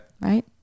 Right